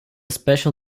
special